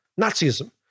Nazism